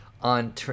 on